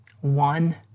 One